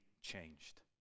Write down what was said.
changed